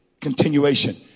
continuation